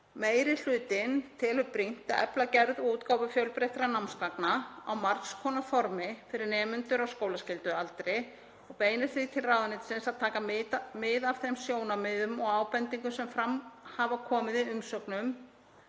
Meiri hlutinn telur brýnt að efla gerð og útgáfu fjölbreyttra námsgagna á margs konar formi fyrir nemendur á skólaskyldualdri og beinir því til ráðuneytisins að taka mið af þeim sjónarmiðum og ábendingum sem fram hafa komið í umsögnum